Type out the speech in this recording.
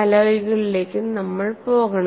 അലോയ്കളിലേക്കും നമ്മൾ പോകണം